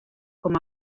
com